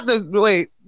wait